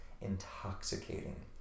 intoxicating